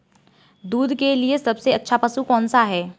दूध के लिए सबसे अच्छा पशु कौनसा है?